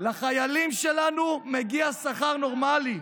לחיילים שלנו מגיע שכר נורמלי.